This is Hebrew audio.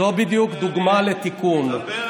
זאת בדיוק דוגמה לתיקון.